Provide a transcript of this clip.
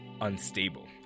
unstable